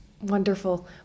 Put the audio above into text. Wonderful